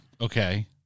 Okay